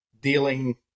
dealing